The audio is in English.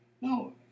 No